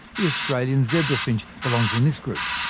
the australian zebra finch belongs in this group.